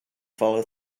follow